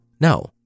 No